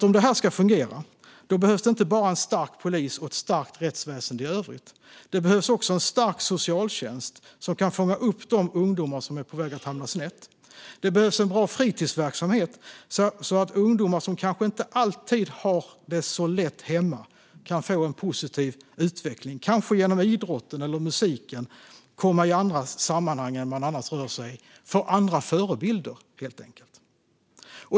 Om det här ska fungera behövs nämligen inte bara en stark polis och ett starkt rättsväsen i övrigt; det behövs också en stark socialtjänst som kan fånga upp de ungdomar som är på väg att hamna snett. Det behövs en bra fritidsverksamhet så att ungdomar som kanske inte alltid har det så lätt hemma kan få en positiv utveckling - kanske genom idrotten eller musiken hamna i andra sammanhang än de annars rör sig i och få andra förebilder, helt enkelt.